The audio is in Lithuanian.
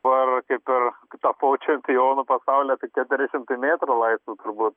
bar kaip ir kai tapau čempionu pasaulio tai keturi šimtai metrų laisvu turbūt